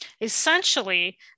Essentially